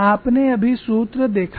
आपने अभी सूत्र देखा है